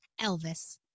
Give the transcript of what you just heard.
Elvis